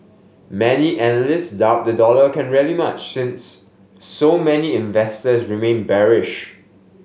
many analyst doubt the dollar can rally much since so many investors remain bearish